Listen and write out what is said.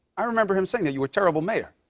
i remember him saying that you were a terrible mayor.